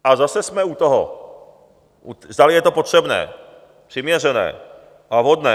A zase jsme u toho, zdali je to potřebné, přiměřené a vhodné.